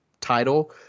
title